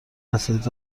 اساتید